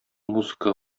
музыка